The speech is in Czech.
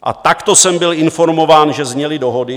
A takto jsem byl informován, že zněly dohody.